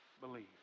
believe